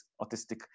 autistic